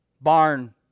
barn